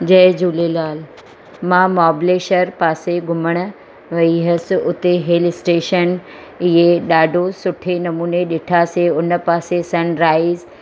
जय झूलेलाल मां महाबलेश्वर पासे घुमणु वेई हुअसि उते हिल स्टेशन इए ॾाढो सुठे नमूने ॾिठासीं हुन पासे सन राइस